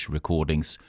Recordings